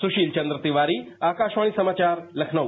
सुशील चंद्र तिवारी आकाशवाणी समाचार लखनऊ